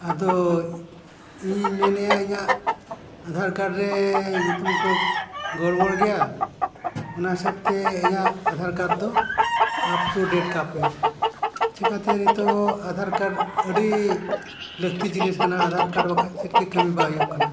ᱟᱫᱚ ᱤᱧ ᱤᱧ ᱢᱮᱱᱮᱜᱼᱟ ᱤᱧᱟᱹᱜ ᱟᱫᱷᱟᱨ ᱠᱟᱨᱰ ᱨᱮ ᱧᱩᱛᱩᱢ ᱠᱚ ᱜᱚᱲᱵᱚᱲ ᱜᱮᱭᱟ ᱚᱱᱟ ᱦᱤᱥᱟᱹᱵ ᱛᱮ ᱤᱧᱟᱹᱜ ᱟᱫᱷᱟᱨ ᱠᱟᱨᱰ ᱫᱚ ᱟᱯ ᱴᱩ ᱰᱮᱴ ᱠᱟᱯᱮ ᱪᱤᱠᱟᱹᱛᱮ ᱱᱤᱛᱚᱜ ᱟᱫᱷᱟᱨ ᱠᱟᱨᱰ ᱟᱹᱰᱤ ᱞᱟᱹᱠᱛᱤ ᱡᱤᱱᱤᱥ ᱠᱟᱱᱟ ᱟᱫᱷᱟᱨ ᱠᱟᱨᱰ ᱵᱟᱠᱷᱟᱱ ᱪᱮᱫᱜᱮ ᱠᱟᱹᱢᱤ ᱵᱟ ᱦᱩᱭᱩᱜ ᱠᱟᱱᱟ